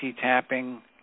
tapping